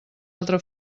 altra